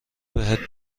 بهت